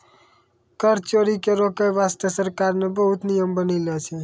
कर चोरी के रोके बासते सरकार ने बहुते नियम बनालो छै